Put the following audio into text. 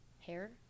Hair